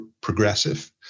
progressive